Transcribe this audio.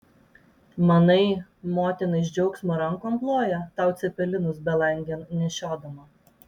manai motina iš džiaugsmo rankom ploja tau cepelinus belangėn nešiodama